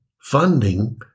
Funding